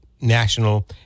national